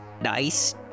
nice